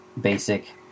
basic